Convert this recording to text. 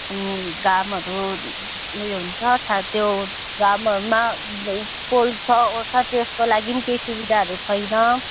घामहरू ऊ यो हुन्छ छा त्यो घामहरूमा पोल्छ ओर्छ त्यसको लागि पनि केही सुविधाहरू छैन